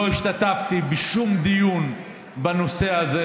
לא השתתפתי בשום דיון בנושא הזה.